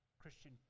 Christian